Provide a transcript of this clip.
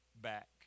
back